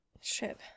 ship